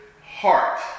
heart